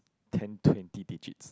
ten twenty digits